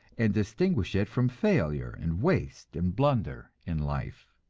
and distinguish it from failure and waste and blunder in life?